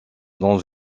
dans